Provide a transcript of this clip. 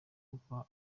uko